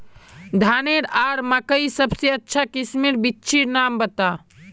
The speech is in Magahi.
धानेर आर मकई सबसे अच्छा किस्मेर बिच्चिर नाम बता?